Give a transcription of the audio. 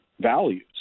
values